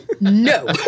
No